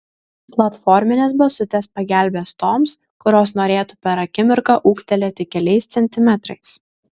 platforminės basutės pagelbės toms kurios norėtų per akimirką ūgtelėti keliais centimetrais